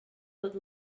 would